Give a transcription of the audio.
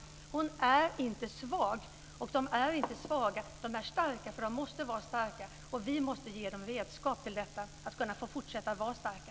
Nämnda mamma är inte svag, och det är inte de här kvinnorna. De är starka, för de måste vara starka. Vi måste ge dem redskap så att de kan fortsätta att vara starka.